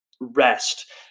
rest